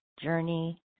journey